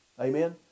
Amen